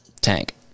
tank